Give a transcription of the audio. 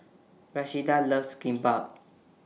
Rashida loves Kimbap